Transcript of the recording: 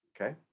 Okay